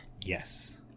Yes